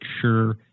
sure